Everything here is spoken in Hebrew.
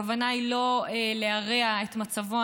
הכוונה היא לא להרע את מצבו.